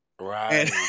Right